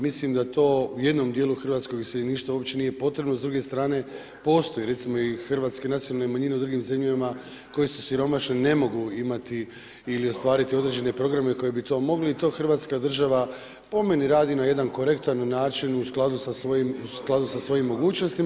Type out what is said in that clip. Mislim da to u jednom djelu hrvatskog iseljeništva uopće nije potrebno, s drug strane postoji recimo i hrvatske nacionalne manjine u drugim zemljama koje su siromašne, ne mogu imati ili ostvariti određene programe koje bi to mogli, i to hrvatska država po meni radi na jedan korektan način u skladu sa svojim mogućnostima.